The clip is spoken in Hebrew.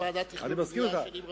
הייתי בוועדת תכנון ובנייה שנים רבות.